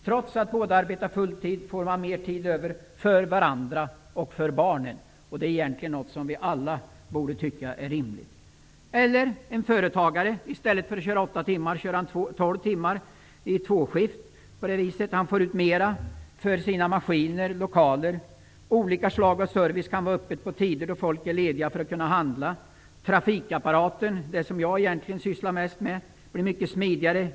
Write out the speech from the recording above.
Trots att båda arbetar full tid, får man mer tid över för varandra och för barnen. Det är egentligen något som vi alla borde tycka är rimligt. En företagare kan köra i två skift, dvs. 12 timmmar, i stället för 8 timmar. På det viset får han ut mera av sina maskiner och lokaler. Olika slag av serviceinrättningar kan ha öppet på tider då folk är lediga och kan handla, osv. Trafikapparaten, som jag egentligen mest sysslar med, blir mycket smidigare.